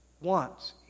wants